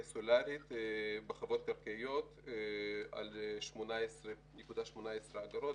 סולארית בחוות קרקעיות על 18.18 אגורות,